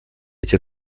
эти